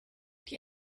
die